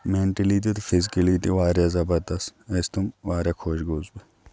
mentally تہِ تہٕ physically تہِ واریاہ زَبردست ٲسۍ تِم واریاہ خۄش گووس بہٕ